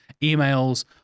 emails